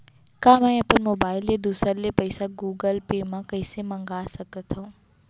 का मैं अपन मोबाइल ले दूसर ले पइसा गूगल पे म पइसा मंगा सकथव?